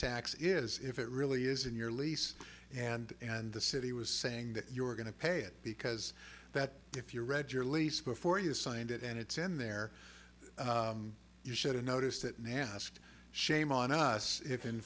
tax is if it really is in your lease and and the city was saying that you were going to pay it because that if you read your lease before you signed it and it's in there you should have noticed it and asked shame on us if in